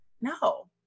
No